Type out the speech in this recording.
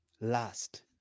last